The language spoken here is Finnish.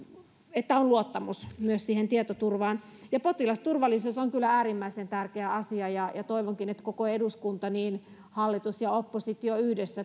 että on luottamus myös siihen tietoturvaan potilasturvallisuus on kyllä äärimmäisen tärkeä asia toivonkin että koko eduskunta hallitus ja oppositio yhdessä